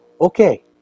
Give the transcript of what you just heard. Okay